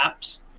apps